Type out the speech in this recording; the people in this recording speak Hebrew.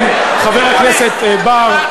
חבר הכנסת בר,